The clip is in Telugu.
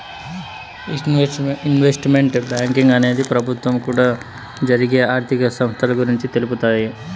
ఇన్వెస్ట్మెంట్ బ్యాంకింగ్ అనేది ప్రభుత్వం కూడా జరిగే ఆర్థిక సంస్థల గురించి తెలుపుతాయి